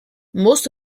most